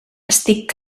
estic